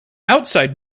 outside